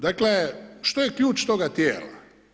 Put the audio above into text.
Dakle što je ključ toga tijela?